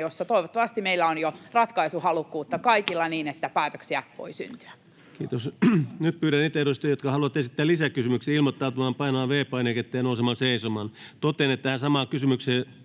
jossa toivottavasti meillä on jo ratkaisuhalukkuutta kaikilla niin, että päätöksiä voi syntyä. Kiitos. — Nyt pyydän niitä edustajia, jotka haluavat esittää lisäkysymyksiä, ilmoittautumaan painamalla V-painiketta ja nousemalla seisomaan. Totean, että tähän samaan kysymyksenasetteluun